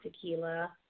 tequila